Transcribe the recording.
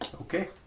Okay